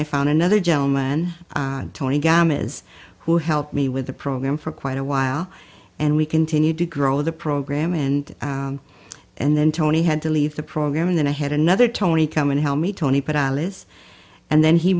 i found another gentleman tony gammas who helped me with the program for quite a while and we continued to grow the program and and then tony had to leave the program and then i had another tony come and help me tony but alice and then he